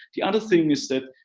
the other thing is that,